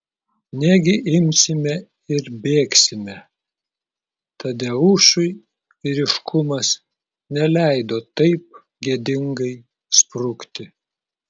negi imsime ir bėgsime tadeušui vyriškumas neleido taip gėdingai sprukti